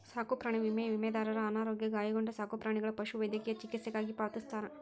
ಸಾಕುಪ್ರಾಣಿ ವಿಮೆ ವಿಮಾದಾರರ ಅನಾರೋಗ್ಯ ಗಾಯಗೊಂಡ ಸಾಕುಪ್ರಾಣಿಗಳ ಪಶುವೈದ್ಯಕೇಯ ಚಿಕಿತ್ಸೆಗಾಗಿ ಪಾವತಿಸ್ತಾರ